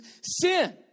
sin